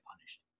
punished